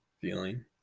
feeling